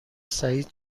سعید